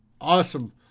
awesome